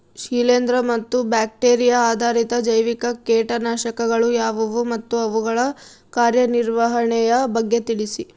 ಶಿಲೇಂದ್ರ ಮತ್ತು ಬ್ಯಾಕ್ಟಿರಿಯಾ ಆಧಾರಿತ ಜೈವಿಕ ಕೇಟನಾಶಕಗಳು ಯಾವುವು ಮತ್ತು ಅವುಗಳ ಕಾರ್ಯನಿರ್ವಹಣೆಯ ಬಗ್ಗೆ ತಿಳಿಸಿ?